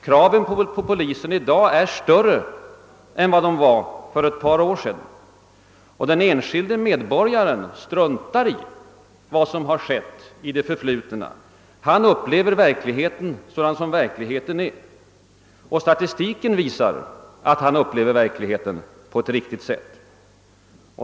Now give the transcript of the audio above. Kraven på polisen är i dag större än de var för ett par år sedan, och den enskilde medborgaren struntar i vad som har skett i det förflutna. Han upplever verkligheten sådan den är. Och statistiken visar att han upplever verkligheten på ett riktigt sätt.